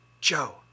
Joe